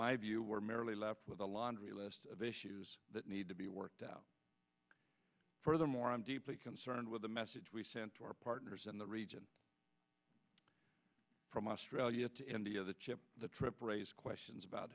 my view we're merely left with alondra list of issues need to be worked out furthermore i'm deeply concerned with the message we sent to our partners in the region from australia to india the chip the trip raises questions about